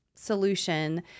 solution